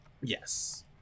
Yes